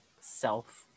self